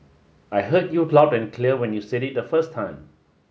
I heard you loud and clear when you said it the first time